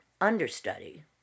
understudy